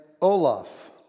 Olaf